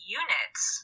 units